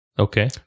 Okay